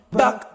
back